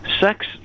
sex